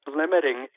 limiting